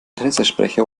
pressesprecher